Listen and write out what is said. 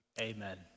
amen